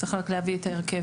צריך רק להביא את ההרכב.